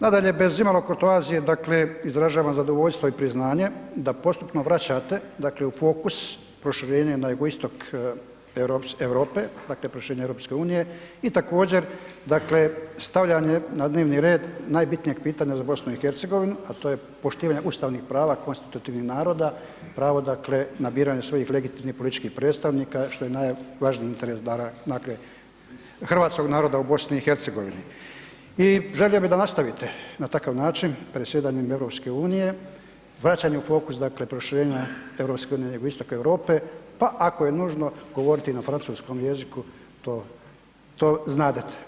Nadalje, bez imalo kurtoazije, dakle izražavam zadovoljstvo i priznanje da postupno vraćate, dakle u fokus proširenje na jugoistok Europe, dakle proširenje EU i također, dakle stavljanje na dnevni red najbitnijeg pitanja za BiH, a to je poštivanje ustavnih prava konstitutivnih naroda, pravo dakle na biranje svojih legitimnih političkih predstavnika, što je najvažniji interes … [[Govornik se ne razumije]] dakle hrvatskog naroda u BiH i želio bi da nastavite na takav način predsjedanjem EU, vraćanje u fokus, dakle proširenja EU na jugoistok Europe, pa ako je nužno govoriti na francuskom jeziku, to, to znadete.